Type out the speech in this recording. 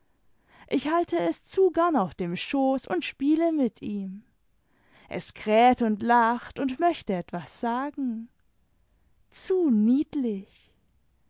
ich halte es zu gern auf dem schoß und spiele mit ihm es kräht imd lacht und möchte etwas sagen zu niedlich